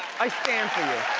i stand for you.